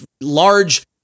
large